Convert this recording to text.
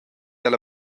ella